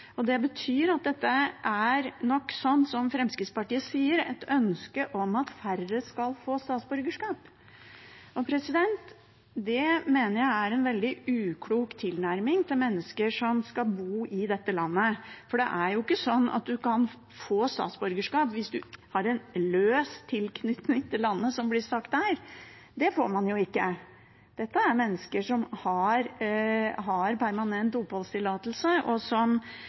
Det betyr at dette er nok slik som Fremskrittspartiet sier; et ønske om at færre skal få statsborgerskap. Det mener jeg er en veldig uklok tilnærming til mennesker som skal bo i dette landet, for det er jo ikke slik at man kan få statsborgerskap hvis man har en løs tilknytning til landet, som det blir sagt her. Det får man ikke. Dette er mennesker som har permanent oppholdstillatelse, og som